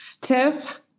tiff